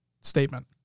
statement